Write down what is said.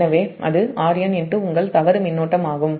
எனவே அது Rn உங்கள் தவறு மின்னோட்டமாகும்